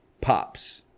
Pops